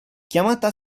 chiamata